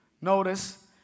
notice